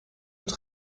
het